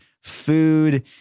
food